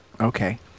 Okay